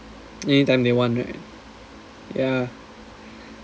anytime they want right yeah